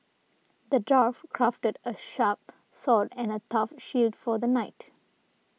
the dwarf crafted a sharp sword and a tough shield for the knight